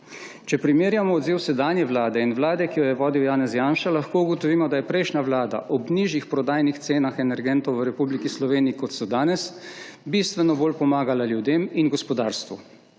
Če primerjamo odziv sedanje vlade in vlade, ki jo je vodil Janez Janša, lahko ugotovimo, da je prejšnja vlada ob nižjih prodajnih cenah energentov v Republiki Sloveniji, kot so danes, bistveno bolj pomagala ljudem in gospodarstvu.